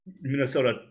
minnesota